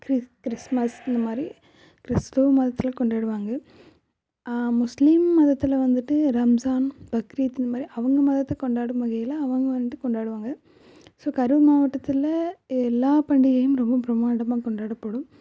கிறி Christmas இந்த மாதிரி கிறிஸ்துவ மதத்தில் கொண்டாடுவாங்க முஸ்லீம் மதத்தில் வந்துவிட்டு ரம்ஸான் பக்ரீத் இந்த மாதிரி அவங்க மதத்துக்கு கொண்டாடும் வகையில் அவங்க வந்துட்டு கொண்டாடுவாங்க ஸோ கரூர் மாவட்டத்தில் எல்லாப் பண்டிகையும் ரொம்ப பிரமாண்டமாக கொண்டாடப்படும்